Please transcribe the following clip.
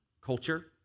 culture